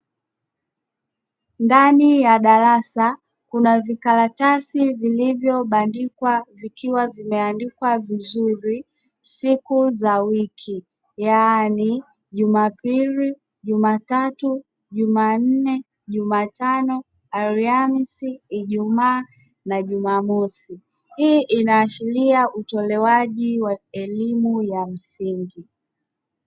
Ndani ya darasa kuna vikaratasi vilivyobandikwa vikiwa vimeandikwa vizuri siku za wiki, yaani: Jumapili, Jumatatu, Jumanne, Jumatano, Alhamisi, Ijumaa na Jumamosi. Hii inaashiria utolewaji wa elimu ya msingi.